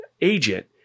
agent